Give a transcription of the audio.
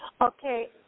Okay